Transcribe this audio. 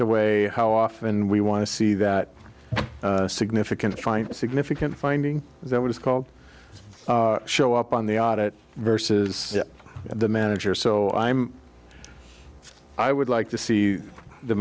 to weigh how often we want to see that significant find significant finding that what is called show up on the audit versus the manager so i'm i would like to see the